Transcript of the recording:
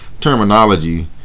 terminology